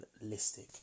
realistic